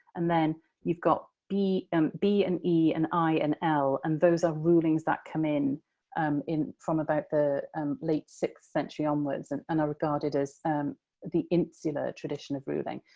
and then you've got b um b and e and i and l, and those are rulings that come in um in from about the late-sixth century onwards, and are regarded as the insular tradition of ruling.